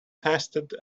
tested